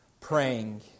praying